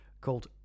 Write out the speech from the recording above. called